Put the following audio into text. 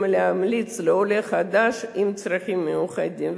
להמליץ לעולה חדש עם צרכים מיוחדים,